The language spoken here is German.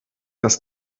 dass